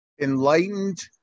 Enlightened